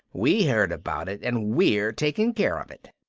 we heard about it and we're taking care of it!